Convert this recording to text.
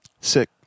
Sick